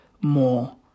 more